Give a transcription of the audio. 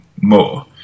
more